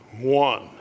one